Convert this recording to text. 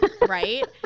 right